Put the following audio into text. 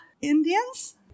Indians